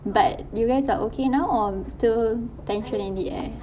but you guys are okay now or still tension in the air